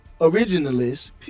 originalists